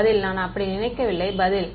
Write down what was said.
பதில் நான் அப்படி நினைக்கவில்லை பதில்